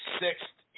sixth